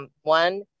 one